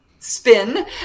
spin